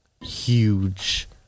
huge